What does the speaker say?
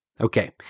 Okay